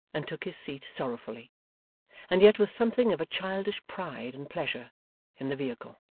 and took his seat sorrowfully and yet with something of a childish pride and pleasure in the vehicle.